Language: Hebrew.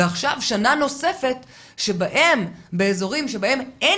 ועכשיו שנה נוספת שבה באזורים שבהם אין